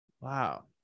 Wow